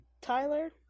Tyler